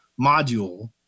module